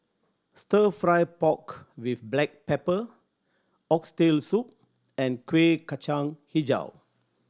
Stir Fry pork with black pepper Oxtail Soup and Kueh Kacang Hijau